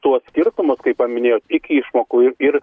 tuos skirtumus kai paminėjot iki išmokų ir